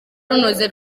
runoze